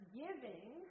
giving